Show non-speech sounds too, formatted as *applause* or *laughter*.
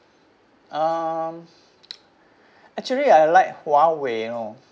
um *noise* actually I like Huawei you know